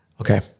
okay